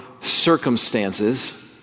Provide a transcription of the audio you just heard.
circumstances